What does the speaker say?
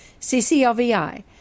CCLVI